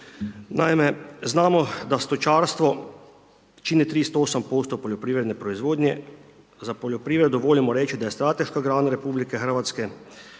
Naime, znamo da stočarstvo čini 38% poljoprivredne proizvodnje. Za poljoprivredu volimo reći da je strateška grana RH, sigurno je